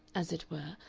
as it were,